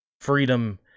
Freedom